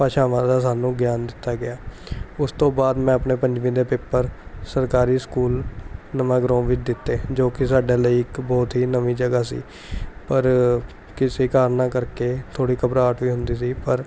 ਭਾਸ਼ਾਵਾਂ ਦਾ ਸਾਨੂੰ ਗਿਆਨ ਦਿੱਤਾ ਗਿਆ ਉਸ ਤੋਂ ਬਾਅਦ ਮੈਂ ਆਪਣੇ ਪੰਜਵੀਂ ਦੇ ਪੇਪਰ ਸਰਕਾਰੀ ਸਕੂਲ ਨਵਾਂ ਗਰਾਉਂ ਵਿੱਚ ਦਿੱਤੇ ਜੋ ਕਿ ਸਾਡੇ ਲਈ ਇੱਕ ਬਹੁਤ ਹੀ ਨਵੀਂ ਜਗ੍ਹਾ ਸੀ ਪਰ ਕਿਸੇ ਕਾਰਨਾਂ ਕਰਕੇ ਥੋੜ੍ਹੀ ਘਬਰਾਹਟ ਵੀ ਹੁੰਦੀ ਸੀ ਪਰ